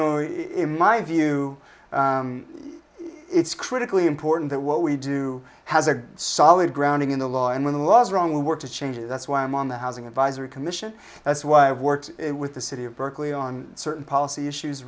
know in my view it's critically important that what we do has a solid grounding in the law and when the law is wrong we work to change it that's why i'm on the housing advisory commission that's why i've worked with the city of berkeley on certain policy issues